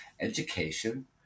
education